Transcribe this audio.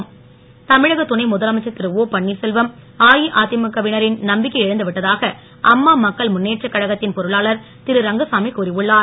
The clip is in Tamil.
அமுழக தமிழக துணை முதலமைச்சர் திரு ஓ பன்னீர்செல்வம் அஇஅதிமுக வினரின் நம்பிக்கையை இழந்துவிட்டதாக அம்மா மக்கள் முன்னேற்றக் கழகத்தின் பொருளானர் திரு ரங்கசாமி கூறி உள்ளார்